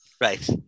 Right